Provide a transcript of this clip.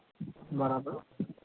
બરાબર